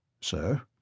sir